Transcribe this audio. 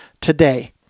today